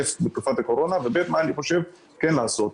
א', בתקופת הקורונה, ב', מה אני חושב כן לעשות.